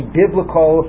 biblical